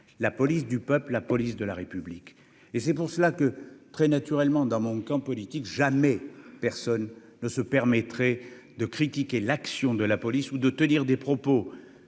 la police du peuple, la police de la République et c'est pour cela que très naturellement dans mon camp politique, jamais personne ne se permettrait de critiquer l'action de la police ou de tenir des propos